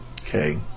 Okay